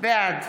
בעד